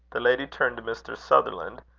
the lady turned to mr. sutherland,